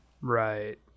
Right